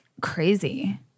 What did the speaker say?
crazy